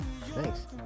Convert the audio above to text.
thanks